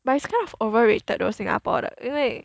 but it's kind of overrated though Singapore 的因为